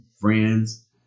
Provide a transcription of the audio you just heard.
friends